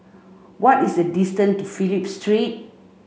what is the distance to Phillip Street